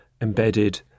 embedded